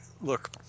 Look